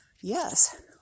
yes